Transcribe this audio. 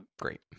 great